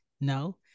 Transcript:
no